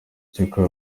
cy’uko